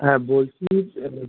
হ্যাঁ বলছি যে